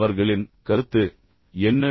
அவர்களின் கருத்து என்ன